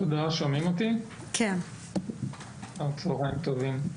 תודה, צוהריים טובים.